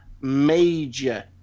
major